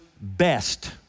best